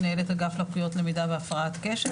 מנהלת אגף לקויות למידה והפרעת קשב,